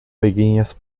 pequeñas